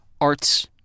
arts